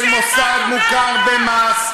היא נותנת מעמד של מוסד מוכר במס.